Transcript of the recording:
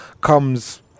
comes